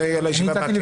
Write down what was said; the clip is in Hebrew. זה יהיה לישיבה הבאה,